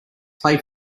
play